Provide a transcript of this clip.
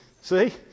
See